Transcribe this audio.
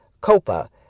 COPA